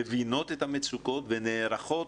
מבינים את המצוקות ונערכים.